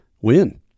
win